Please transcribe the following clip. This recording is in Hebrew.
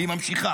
והיא ממשיכה.